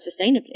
sustainably